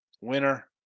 Winner